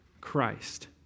Christ